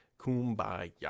Kumbaya